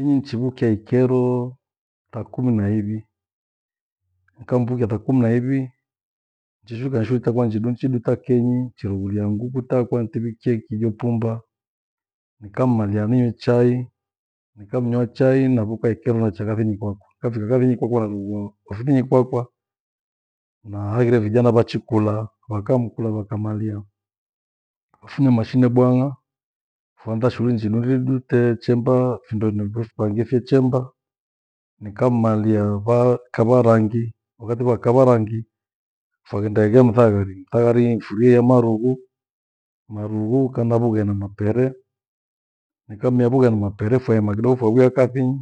Inyi nichivukia ikero thaa kumii na ivi. Nikamvukia thaa kumi na ivi, njishukanshuta nitakuwa njidu njidu ta kenyi, chirughulia nguku ta kwa nte ntivikie kijo pumba. Nikammalia ninywe chai, nikanywa chai navuka ikero nacha kathini kwakwa. Nkafika kadhinyi kwakwa narughua ofithini kwakwa na haghire vijana vachikula, wakamkula wakamalia. Tukafunya mashine bwang’a fwaanza shughuli njidu njidu teechemba findo niombo fupaghishe chemba. Nikammalia va- kava rangi wakati vakava rangi faghenda ege mthaghari mthaghari nifurie marughu, marughu kanda vughai na mapere. Nikamia vughai na mapere fayamakido fowia kathinyi.